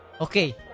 Okay